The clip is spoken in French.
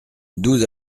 douze